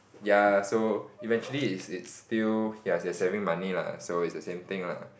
ya so eventually it's it's still ya you're saving money lah so is the same thing lah